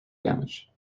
damage